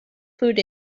put